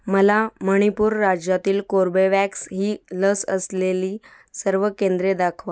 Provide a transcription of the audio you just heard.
मला मणिपूर राज्यातील कोर्बेवॅक्स ही लस असलेली सर्व केंद्रे दाखवा